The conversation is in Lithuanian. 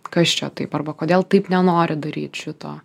kas čia taip arba kodėl taip nenori daryt šito